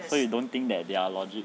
so you don't think that their logic